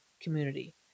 community